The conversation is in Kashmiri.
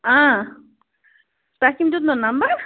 آ تۄہہِ کٕم دیُت نَو نمبر